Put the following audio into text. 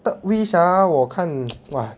third wish ah 我看 !wah!